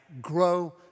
grow